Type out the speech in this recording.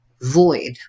void